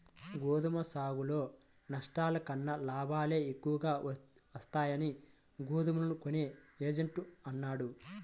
గోధుమ సాగులో నష్టాల కన్నా లాభాలే ఎక్కువగా వస్తాయని గోధుమలు కొనే ఏజెంట్ అన్నాడు